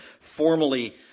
formally